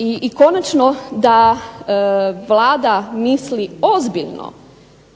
I konačno da Vlada misli ozbiljno